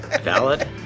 Valid